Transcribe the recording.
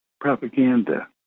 propaganda